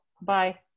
Bye